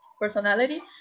personality